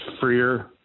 freer